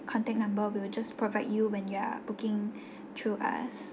contact number will just provide you when you are booking through us